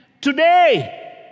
Today